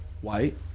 white